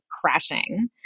crashing